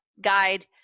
guide